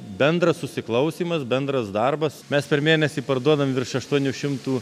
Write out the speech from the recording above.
bendras susiklausymas bendras darbas mes per mėnesį parduodam virš aštuonių šimtų